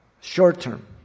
short-term